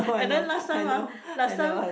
and then last time ah last time